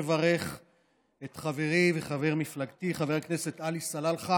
אני מברך את חברי וחבר מפלגתי חבר הכנסת עלי סלאלחה